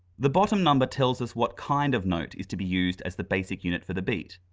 the bottom number tells us what kind of note is to be used as the basic unit for the beat.